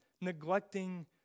neglecting